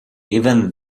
even